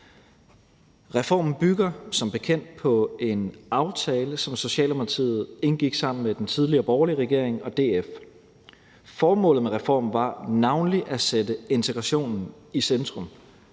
Reformen bygger som bekendt på en aftale, som Socialdemokratiet indgik sammen med den tidligere borgerlige regering og DF. Formålet med reformen var navnlig at sætte integrationen i centrum,